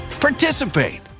participate